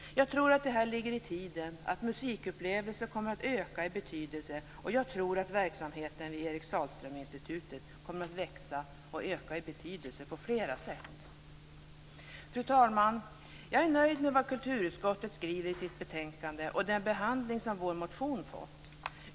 Jag tror att det ligger i tiden. Musikupplevelser kommer att bli allt viktigare, och jag tror att verksamheten vid Eric Sahlström-Institutet kommer att växa och öka i betydelse på flera sätt. Fru talman! Jag är nöjd med vad kulturutskottet skriver i sitt betänkande och med den behandling som vår motion har fått.